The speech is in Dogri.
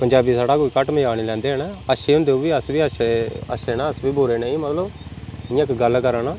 पंजाबी साढ़ा कोई घट्ट मजाक नी लैंदे हैन अच्छे होंदे ओह् बी अस बी अच्छे असें न अस बी बुरे नेईं मतलब इयां इक गल्ल करै न